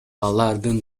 алардын